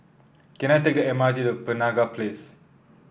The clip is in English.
can I take the M R T to Penaga Place